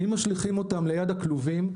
אם משליכים אותם ליד הכלובים,